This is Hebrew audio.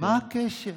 מה הקשר?